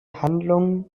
handlungen